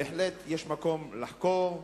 בהחלט יש מקום לחקור,